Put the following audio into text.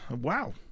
Wow